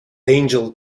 angel